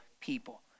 people